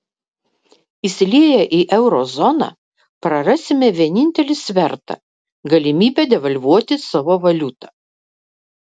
įsilieję į euro zoną prarasime vienintelį svertą galimybę devalvuoti savo valiutą